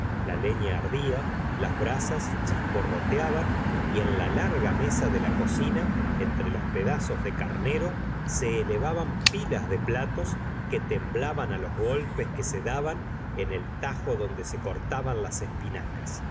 la leña ardía las brasas chisporroteaban y en la larga mesa de la cocina entre los pedazos de carnero se elevaban pilas de platos que temblaban los golpes que se daban en el tajo donde se cortaban las espinacas